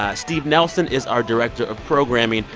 ah steve nelson is our director of programming.